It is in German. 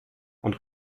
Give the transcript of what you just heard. und